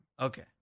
Okay